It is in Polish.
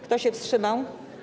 Kto się wstrzymał?